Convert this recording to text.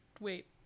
Wait